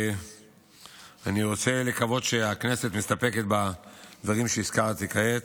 ואני רוצה לקוות שהכנסת מסתפקת בדברים שהזכרתי כעת.